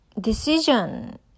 decision